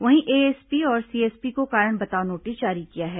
वहीं एएसपी और सीएसपी को कारण बताओ नोटिस जारी किया है